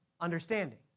understanding